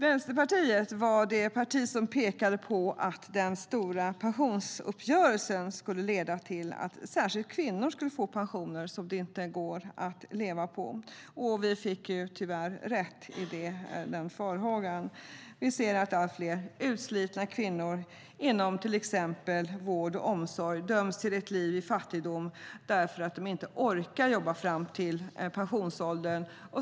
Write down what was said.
Vänsterpartiet var det parti som pekade på att den stora pensionsuppgörelsen skulle leda till att särskilt kvinnor skulle få pensioner som det inte går att leva på. Vi fick tyvärr rätt i den farhågan. Vi ser att allt fler utslitna kvinnor inom till exempel vård och omsorg döms till ett liv i fattigdom därför att de inte orkar jobba fram till pensionsåldern.